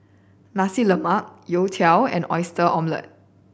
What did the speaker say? Nasi Lemak youtiao and Oyster Omelette